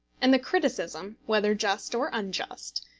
and the criticism, whether just or unjust,